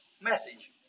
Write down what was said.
message